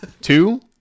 two